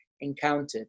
encountered